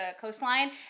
coastline